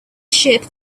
ship